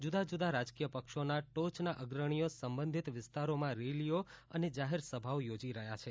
જુદા જુદાં રાજકીય પક્ષોના ટોચના અગ્રણીઓ સંબંધીત વિસ્તારોમાં રેલીઓ અને જાહેરસભાઓ યોજી રહ્યા છે